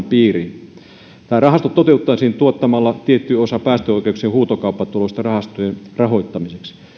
piiriin nämä rahastot toteutettaisiin tulouttamalla tietty osa päästöoikeuksien huutokauppatuloista rahastojen rahoittamiseksi